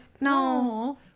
No